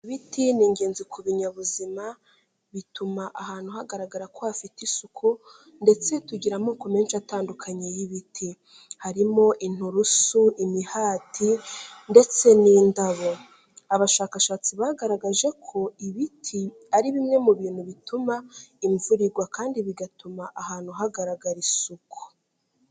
Ibiti ni ingenzi ku binyabuzima bituma ahantu hagaragara ko hafite isuku ndetse tugira amoko menshi atandukanye y'ibiti: harimo inturusu, imihati ndetse n'indabo, abashakashatsi bagaragaje ko ibiti ari bimwe mu bintu bituma imvura igwa kandi bigatuma ahantu hagaragara isuku.